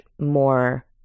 more